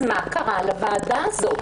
אז מה קרה לוועדה הזאת?